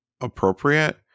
appropriate